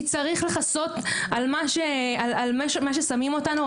כי צריך לכסות על המצב שבו ששמים אותנו,